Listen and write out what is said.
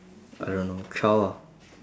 I don't know child ah